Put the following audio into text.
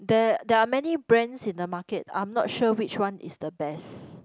there there are many brands in the market I'm not sure which one is the best